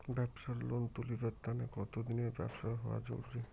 ব্যাবসার লোন তুলিবার তানে কতদিনের ব্যবসা হওয়া জরুরি?